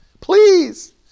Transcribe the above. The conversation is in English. please